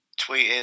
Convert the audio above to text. tweeting